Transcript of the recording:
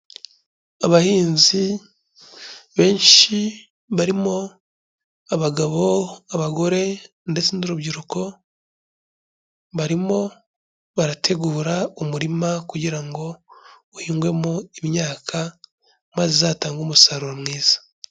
Abahinzi benshi barimo abagabo, abagore ndetse n'urubyiruko barimo barategura umurima kugira ngo uhingwemo imyaka maze izatange umusaruro mwiza.